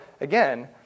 again